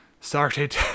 started